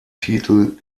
titel